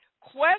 question